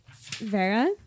Vera